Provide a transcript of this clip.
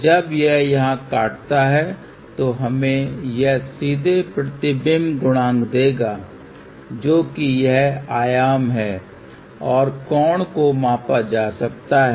जब यह यहाँ काटता है तो हमें यह सीधे प्रतिबिंब गुणांक देगा जो कि यह आयाम है और कोण को मापा जा सकता है